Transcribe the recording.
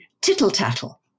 tittle-tattle